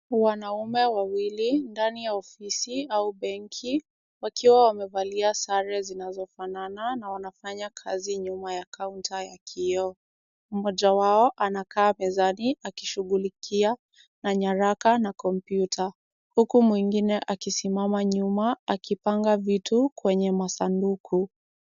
Wanaume wawili ndani ya ofisi au benki, wakiwa wamevalia sare zinazofanana na wanafanya kazi nyuma ya kaunta ya kioo. Mmoja wao anakaa mezani akishughulikia na nyaraka na kompyuta, huku mwingine akisimama nyuma akipanga vitu kwenye masanduku.